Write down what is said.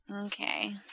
Okay